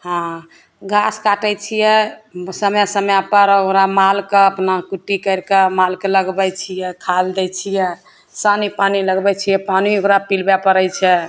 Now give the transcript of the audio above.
हँ गाछ काटैत छियै समय समय पर ओकरा मालके अपना कुट्टी करिके मालके लगबै छियै खाए लऽ दै छियै सानी पानि लगबैत छियै पानि ओकरा पिलबै पड़ैत छै